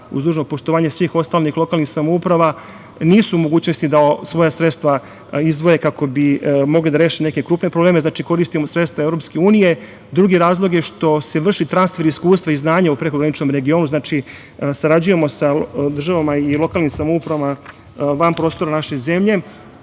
uz dužno poštovanje svih ostalih lokalnih samouprava, nisu u mogućnosti da svoja sredstva izdvoje, kako bi mogli da reše neke krupne probleme, znači koristimo sredstva EU.Drugi razlog je što se vrši transfer iskustva i znanja u prekograničnom regionu, znači, sarađujemo sa državama i lokalnim samoupravama van prostora u naše zemlje.